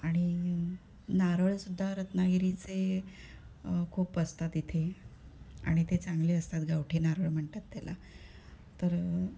आणि नारळ सुद्धा रत्नागिरीचे खूप असतात इथे आणि ते चांगले असतात गावठी नारळ म्हणतात त्याला तर